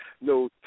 no